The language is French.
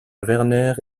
werner